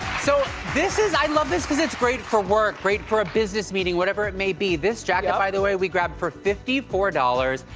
so this is, i love this cause it's great for work, great for a business meeting, whatever it may be. this jacket, by the way, we grabbed for fifty four dollars,